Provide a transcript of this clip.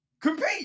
compete